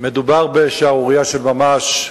מדובר בשערורייה של ממש.